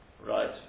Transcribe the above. Right